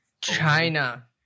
China